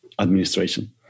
administration